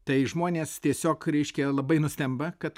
tai žmonės tiesiog reiškia labai nustemba kad